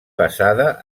passada